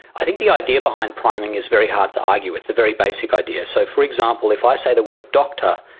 i think the idea behind priming is very hard to argue with, the very basic idea. so, for example, if i say the word doctor,